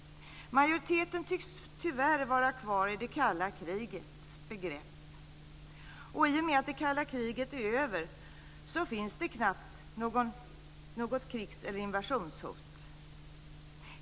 Majoriteten tycks tyvärr vara kvar i det kalla krigets begrepp. I och med att det kalla kriget är över finns det knappt något krigs eller invasionshot.